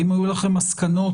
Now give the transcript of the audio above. האם היו לכם מסקנות?